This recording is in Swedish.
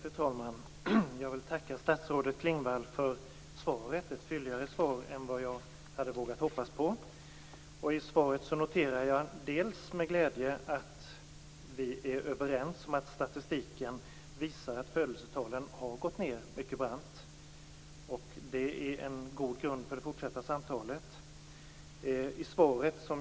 Fru talman! Jag vill tacka statsrådet Klingvall för svaret. Det var ett fylligare svar än vad jag hade vågat hoppas på. I svaret noterar jag med glädje att vi är överens om att statistiken visar att födelsetalen har gått ned mycket brant. Det är en god grund för det fortsatta samtalet.